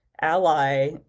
ally